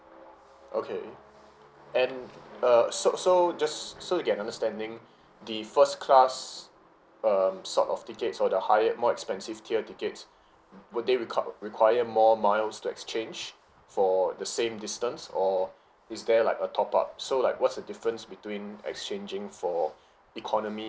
okay and uh so so just so to get an understanding the first class um sort of tickets for the high more expensive tier tickets will they requ~ require more miles to exchange for the same distance or is there like a top up so like what'S the difference between exchanging for economy